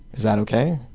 is that okay,